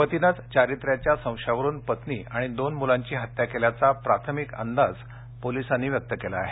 पतीनेच चारित्र्याच्या संशयावरून पत्नी आणि दोन मुलांची हत्या केल्याचा प्राथमिक अंदाज पोलिसांनी व्यक्त केला आहे